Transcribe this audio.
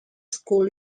school